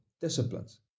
disciplines